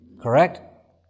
Correct